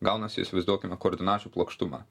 gaunasi įsivaizduokime koordinačių plokštuma